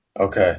Okay